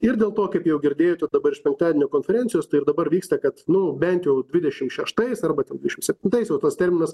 ir dėl to kaip jau girdėjote dabar iš penktadienio konferencijos tai dabar vyksta kad nu bent jau dvidešim šeštais arba iš vis septintais va tas terminas